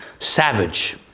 Savage